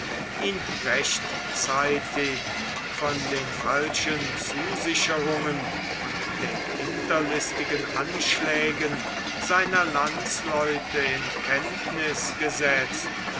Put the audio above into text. ihn rechtzeitig von den falschen zusicherungen und den hinterlistigen anschlägen seiner landsleute in kenntnis gesetzt